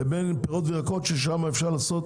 לבין פירות וירקות ששם אפשר לעשות,